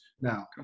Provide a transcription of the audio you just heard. Now